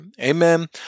Amen